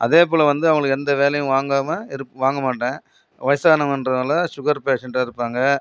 அதேப்போல வந்து அவங்களுக்கு எந்த வேலையும் வாங்காமல் இருப் வாங்கமாட்டேன் வயசானவங்கன்றதுனால் சுகர் பேஷண்ட்டா இருப்பாங்கள்